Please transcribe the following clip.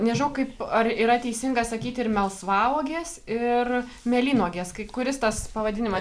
nežinau kaip ar yra teisinga sakyti ir melsvauogės ir mėlynuogės kaip kuris tas pavadinima